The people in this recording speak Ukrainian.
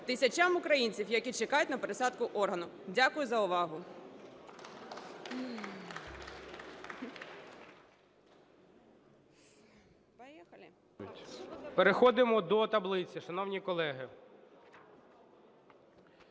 тисячам українцям, які чекають на пересадку органу. Дякую за увагу.